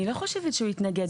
אני לא חושבת שהוא התנגד.